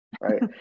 right